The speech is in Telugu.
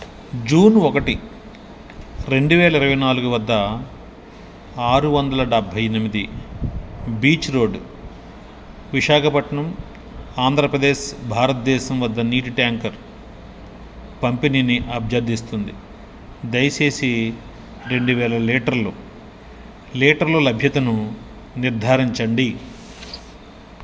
జూన్ ఒకటి రెండు వేల ఇరవై నాలుగు వద్ద ఆరు వందల డబ్భై ఎనిమిది బీచ్ రోడ్ విశాఖపట్నం ఆంధ్రప్రదేశ్ భారతదేశం వద్ద నీటి ట్యాంకర్ పంపిణీని అభ్యర్థిస్తుంది దయచేసి రెండు వేల లీటర్లు లీటర్లు లభ్యతను నిర్ధారించండి